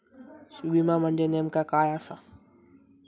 विमा म्हणजे नेमक्या काय आसा?